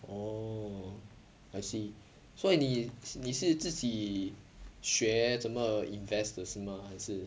oh I see 所以你你是自己学怎么 invest 的是吗还是